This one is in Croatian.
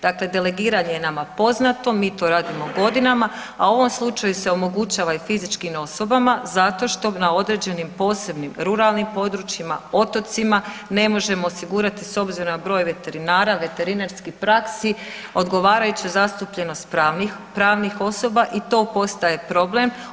Dakle delegiranje je nama poznato, mi to radimo godinama, a u ovom slučaju se omogućava i fizičkim osobama zato što na određenim posebnim, ruralnim područjima, otocima, ne možemo osigurati, s obzirom na broj veterinara, veterinarskih praksi odgovarajuću zastupljenost pravnih osoba i to postaje problem.